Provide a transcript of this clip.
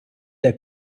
der